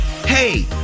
Hey